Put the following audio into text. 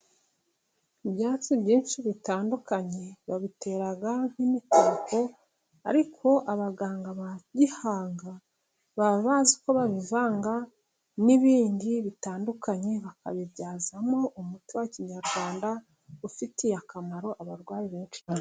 Ibyatsi byinshi bitandukanye babitera nk'imitako, ariko abaganga ba gihanga baba bazi uko babivanga n'ibindi bitandukanye bakabibyazamo umuti wa kinyarwanda ufitiye akamaro abarwayi benshi cyane.